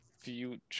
future